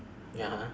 ya